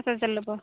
ল'ব